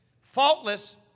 faultless